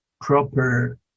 proper